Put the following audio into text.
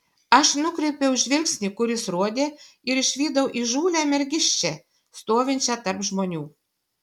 aš nukreipiau žvilgsnį kur jis rodė ir išvydau įžūlią mergiščią stovinčią tarp žmonių